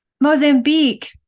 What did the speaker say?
Mozambique